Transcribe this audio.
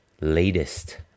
latest